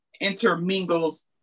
intermingles